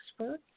Expert